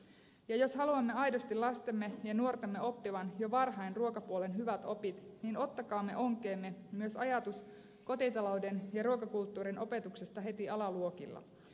ja jos haluamme aidosti lastemme ja nuortemme oppivan jo varhain ruokapuolen hyvät opit niin ottakaamme onkeemme myös ajatus kotitalouden ja ruokakulttuurin opetuksesta heti alaluokilla